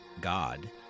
God